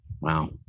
wow